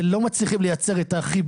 אבל אנחנו לא מצליחים לייצר את החיבור